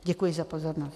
Děkuji za pozornost.